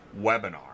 webinar